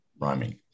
rhyming